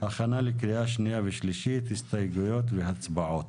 הכנה לקריאה שנייה ושלישית - הסתייגויות והצבעות.